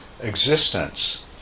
existence